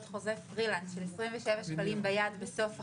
חוזה 'פרילנס' של 27 שקלים ביד בסוף החודש.